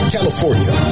California